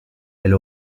elle